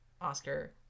oscar